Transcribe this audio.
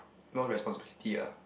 no responsibility ah